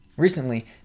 Recently